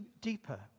deeper